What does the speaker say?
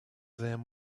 them